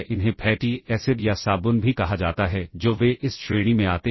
ये संशोधन कब किये जाते हैं